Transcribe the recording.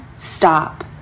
stop